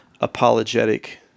apologetic